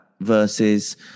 versus